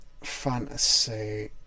fantasy